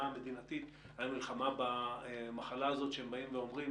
המדינתית על המלחמה במחלה הזאת שהם באים ואומרים,